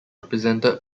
represented